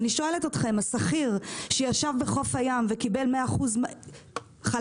אני שואלת אתכם: השכיר שישב בחוף הים וקיבל 100% חל"ת,